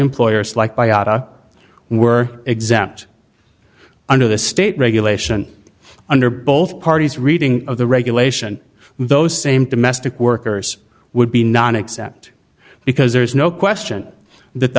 employers liked by ata were exempt under the state regulation under both parties reading of the regulation those same domestic workers would be non except because there is no question that the